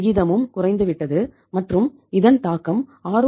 விகிதமும் குறைந்துவிட்டது மற்றும் இதன் தாக்கம் ஆர்